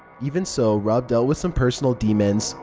even so, rob dealt with some personal demons.